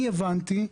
אני הבנתי,